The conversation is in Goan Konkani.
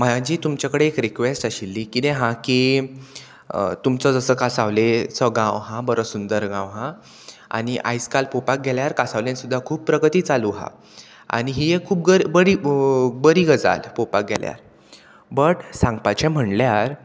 म्हाज्या जी तुमचे कडेन एक रिक्वेस्ट आशिल्ली किदें आहा की तुमचो जसो कांसावलेचो गांव आहा बरो सुंदर गांव आहा आनी आयज काल पोवपाक गेल्यार कांसावलेन सुद्दा खूब प्रगती चालू आहा आनी ही एक खूब बरी बरी गजाल पोवपाक गेल्यार बट सांगपाचे म्हणल्यार